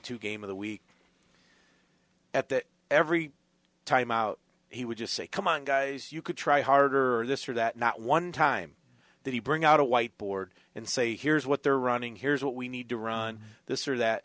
two game of the week at that every time out he would just say come on guys you could try harder this or that not one time that he bring out a white board and say here's what they're running here's what we need to run this or that